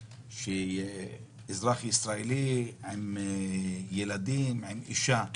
אזרח ישראל עם ילדים ואישה זרים.